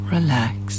Relax